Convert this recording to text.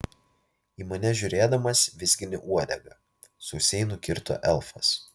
į mane žiūrėdamas vizgini uodegą sausai nukirto elfas